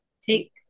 take